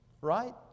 Right